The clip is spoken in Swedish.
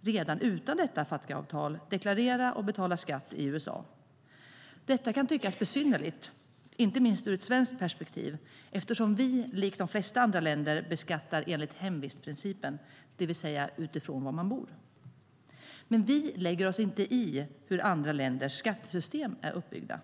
redan utan detta Fatca-avtal deklarera och betala skatt i USA. Detta kan tyckas besynnerligt, inte minst ur ett svenskt perspektiv, eftersom vi likt de flesta andra länder beskattar enligt hemvistprincipen, det vill säga utifrån var man bor. Men vi lägger oss inte i hur andra länders skattesystem är uppbyggda.